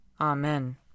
Amen